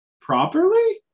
properly